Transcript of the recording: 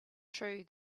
true